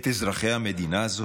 את אזרחי המדינה הזאת?